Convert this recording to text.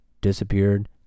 disappeared